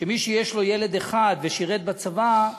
שמי שיש לו ילד אחד ושירת בצבא,